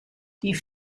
die